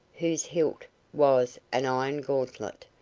whose hilt was an iron gauntlet,